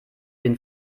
den